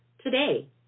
today